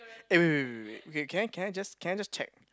eh wait wait wait wait wait okay can I can I just can I just check